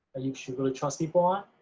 ah you should really trust people on.